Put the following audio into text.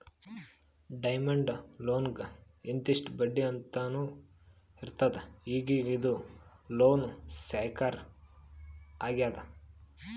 demand ಲೋನ್ಗ್ ಇಂತಿಷ್ಟ್ ಬಡ್ಡಿ ಅಂತ್ನೂ ಇರ್ತದ್ ಈಗೀಗ ಇದು ಲೋನ್ ಸೆಕ್ಯೂರ್ ಆಗ್ಯಾದ್